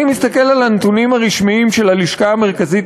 אני מסתכל על הנתונים הרשמיים של הלשכה המרכזית